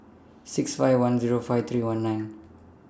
six five one Zero five three one nine